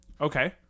Okay